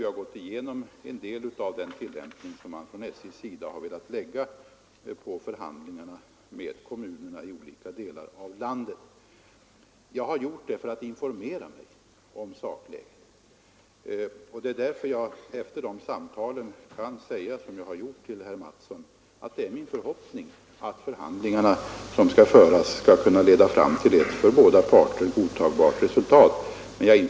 Då har vi gått igenom en del av den tillämpning som man från SJ:s sida har velat föra fram vid förhandlingarna med kommunerna i olika delar av landet. Jag har gjort det för att informera mig om sakläget. Och efter de samtalen kan jag säga som jag har gjort till herr Mattsson, att det är min förhoppning att de förhandlingar som kommer att föras skall leda fram till ett för båda parter godtagbart resultat.